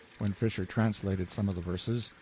when fisher translated some of the verses,